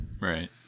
Right